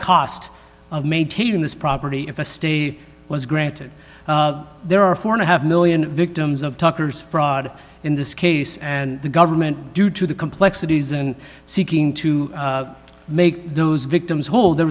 cost of maintaining this property if a state he was granted there are four and a half one million victims of tucker's fraud in this case and the government due to the complexities and seeking to make those victims whole there